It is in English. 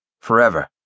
Forever